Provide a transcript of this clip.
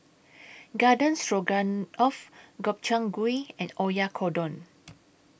Garden Stroganoff Gobchang Gui and Oyakodon